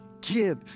give